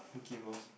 Mickey-Mouse